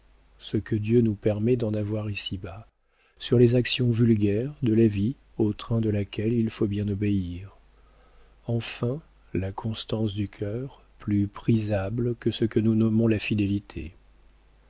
ce que dieu nous permet d'en avoir ici-bas sur les actions vulgaires de la vie au train de laquelle il faut bien obéir enfin la constance du cœur plus prisable que ce que nous nommons la fidélité